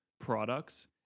products